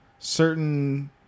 certain